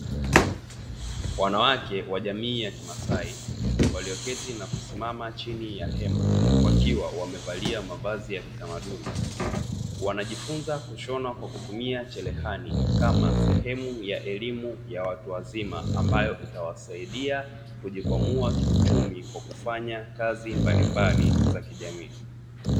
Wanawake wa jamii ya kimasai walioketi na kusimama chini ya hema, wakiwa wamevalia mavazi ya kitamaduni, wanajifunza kushona kwa kutumia cherehani kama sehemu ya elimu ya watu wazima; ambayo itawasaidia kujikwamua kiuchumi kwa kufanya kazi mbalimbali za kijaamii.